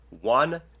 one